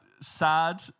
Sad